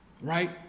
right